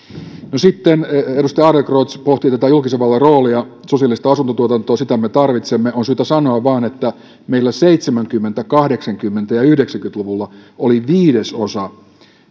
no sitten edustaja adlercreutz pohti tätä julkisen vallan roolia sosiaalista asuntotuotantoa sitä me tarvitsemme on syytä sanoa vain että meillä oli seitsemänkymmentä kahdeksankymmentä ja yhdeksänkymmentä luvulla viidesosa yleisestä asuntotuotannosta